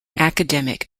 academic